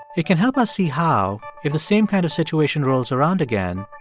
it can help us see how, if the same kind of situation rolls around again,